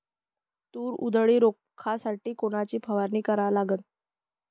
तूर उधळी रोखासाठी कोनची फवारनी कराव?